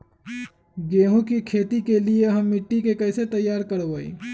गेंहू की खेती के लिए हम मिट्टी के कैसे तैयार करवाई?